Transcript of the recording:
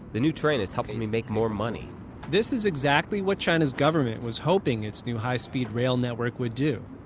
the new train has helped me make more money this is exactly what china's government was hoping its new high-speed rail network would do.